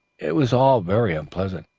it was all very unpleasant,